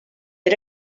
era